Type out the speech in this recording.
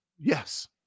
Yes